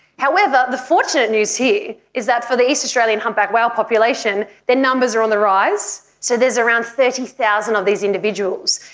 however, the fortunate news here is that for the east australian humpback whale population, their numbers are on the rise, so there is around thirty thousand of these individuals.